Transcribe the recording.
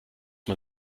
man